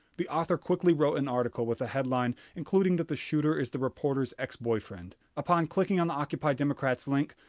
the author quickly wrote an article with a headline including that the shooter is the reporter's ex-boyfriend. upon clicking on the occupy democrats link,